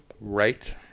Right